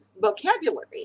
vocabulary